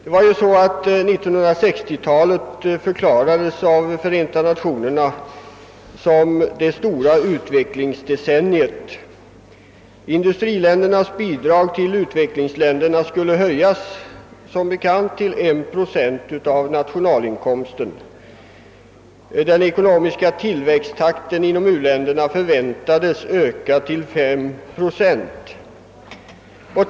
1960-talet förklarades ju av Förenta Nationerna som det stora utvecklingsdecenniet. Industriländernas bidrag till utvecklingsländerna skulle som bekant höjas till 1 procent av nationalinkomsten, och den ekonomiska tillväxttakten inom u-länderna förväntades öka till 5 procent per år.